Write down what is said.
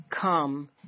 come